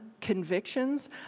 convictions